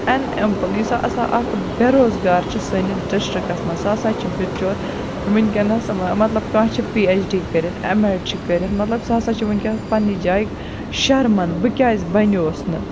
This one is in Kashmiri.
اَن ایٚمپٕل یُس ہَسا اکھ بے روزگار چھ سٲنِس ڈِسٹرکَس مَنٛز سُہ ہَسا چھُ بِچور وُنکیٚنَس مَطلَب کانٛہہ چھُ پی ایٚچ ڈی کٔرِتھ ایٚم ایٚڈ چھ کٔرِتھ مَطلَب سُہ ہَسا چھِ وُنکیٚنَس پَننہِ جایہِ شَرمَنٛدٕ بہٕ کیٛاز بَنیوس نہٕ